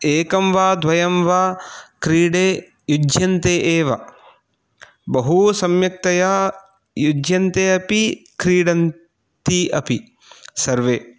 एकं वा द्वयं वा क्रीडे युज्यन्ते एव बहू सम्यक्तया युज्यन्ति अपि क्रीडन्ति अपि सर्वे